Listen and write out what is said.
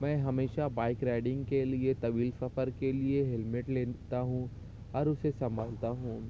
میں ہمیشہ bike riding کے لیے طویل سفر کے لیے ہیلمٹ لیتا ہوں اور اسے سنبھالتا ہوں